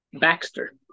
Baxter